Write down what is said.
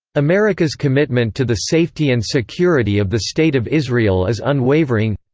america's commitment to the safety and security of the state of israel is unwavering.